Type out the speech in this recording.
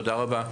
תודה רבה.